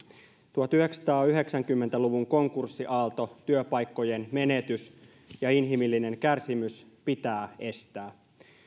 tuhatyhdeksänsataayhdeksänkymmentä luvun konkurssiaalto työpaikkojen menetys ja inhimillinen kärsimys pitää estää